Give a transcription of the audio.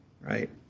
Right